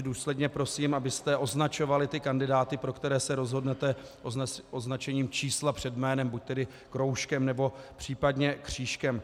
Důsledně prosím, abyste označovali kandidáty, pro které se rozhodnete, označením čísla před jménem, buď tedy kroužkem, nebo případně křížkem.